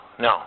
No